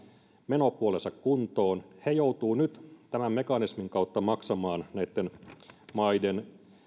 menopuolensa kuntoon joutuvat nyt tämän mekanismin kautta maksamaan näiden maiden